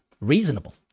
reasonable